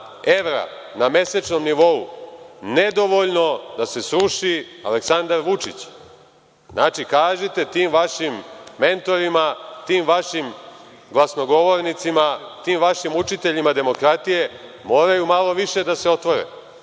evra na mesečnom nivou nedovoljno da se sruši Aleksandar Vučić. Znači, kažite tim vašim mentorima, tim vašim glasnogovornicima, tim vašim učiteljima demokratije, moraju malo više da se otvore,